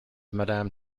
madame